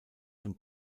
und